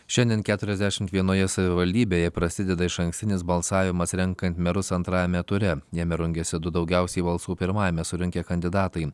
šiandien keturiasdešimt vienoje savivaldybėje prasideda išankstinis balsavimas renkant merus antrajame ture jame rungiasi du daugiausiai balsų pirmajame surinkę kandidatai